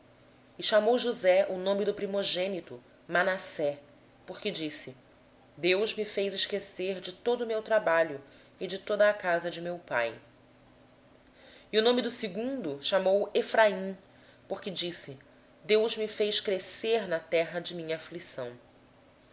e chamou josé ao primogênito manassés porque disse deus me fez esquecer de todo o meu trabalho e de toda a casa de meu pai ao segundo chamou efraim porque disse deus me fez crescer na terra da minha aflição